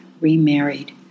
remarried